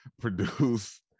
produce